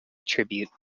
tribute